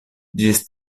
ĝis